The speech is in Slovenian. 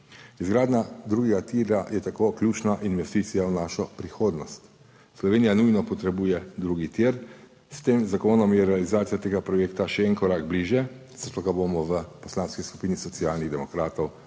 Izgradnja drugega tira je tako ključna investicija v našo prihodnost. Slovenija nujno potrebuje drugi tir. S tem zakonom je realizacija tega projekta še en korak bližje, zato ga bomo v Poslanski skupini Socialnih demokratov podprli.